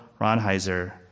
Ronheiser